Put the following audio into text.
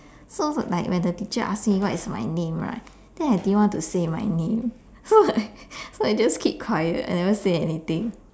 so like when the teacher ask me what is my name right then I didn't want to say my name so like so I just keep quiet I never say anything